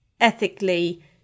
ethically